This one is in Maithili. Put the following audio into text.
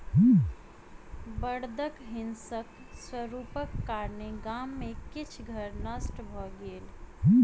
बड़दक हिंसक स्वरूपक कारणेँ गाम में किछ घर नष्ट भ गेल